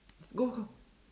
go go